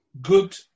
good